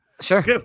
Sure